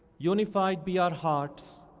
unified be our hearts.